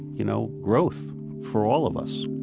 you know, growth for all of us